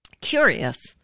curious